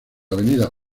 avenida